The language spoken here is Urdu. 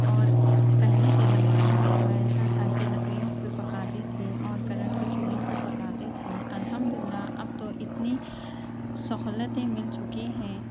اور پہلے کے زمانے میں تو ایسا تھا کہ لکڑیوں پہ پکاتے تھے اور کرنٹ کے چولہوں پہ پکاتے تھے الحمد للّہ اب تو اتنی سہولتیں مل چکی ہیں